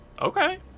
Okay